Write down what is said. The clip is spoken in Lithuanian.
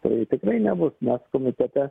tai tikrai nebus mes komitete